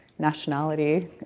nationality